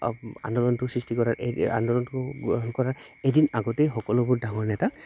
আন্দোলনটোৰ সৃষ্টি কৰাৰ এই আন্দোলনটো গ্ৰহণ কৰাৰ এদিন আগতেই সকলোবোৰ ডাঙৰ নেতাক